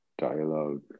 dialogue